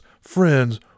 friends